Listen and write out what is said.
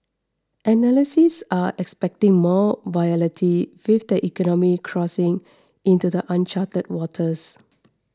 analysts are expecting more volatility with the economy crossing into the uncharted waters